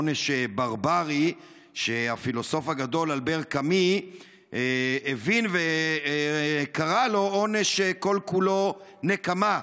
עונש ברברי שהפילוסוף הגדול אלבר קאמי הבין וקרא לו עונש שכל-כולו נקמה,